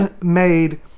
made